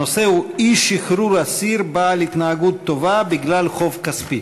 הנושא הוא: אי-שחרור אסיר בעל התנהגות טובה בגלל חוב כספי.